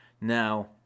Now